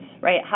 right